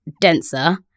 denser